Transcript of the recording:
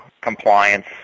compliance